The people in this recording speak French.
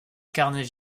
carnet